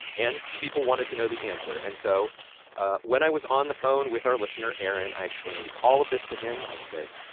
and people wanted to know the answer. and so ah when i was on the phone with our listener, aaron, i explained all of this to him. i said,